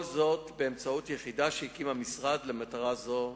כל זאת באמצעות יחידה שהקים למטרה זו.